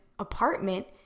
apartment